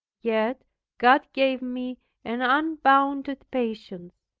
yet god gave me an unbounded patience.